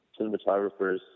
cinematographers